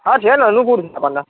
હાં છે ને અનુકૂળ આપડને